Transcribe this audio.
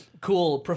cool